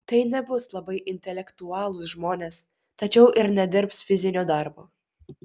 tai nebus labai intelektualūs žmonės tačiau ir nedirbs fizinio darbo